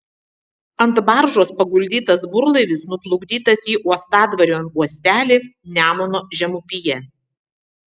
ant baržos paguldytas burlaivis nuplukdytas į uostadvario uostelį nemuno žemupyje